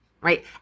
right